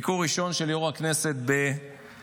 ביקור ראשון של יו"ר הכנסת בפרגוואי.